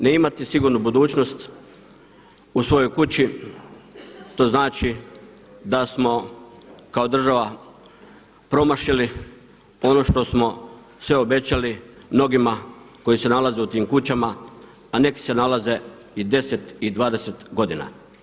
Ne imati sigurnu budućnost u svojoj kući to znači da smo kao država promašili ono što smo sve obećali mnogima koji se nalaze u tim kućama, a neki se nalaze i 10 i 20 godina.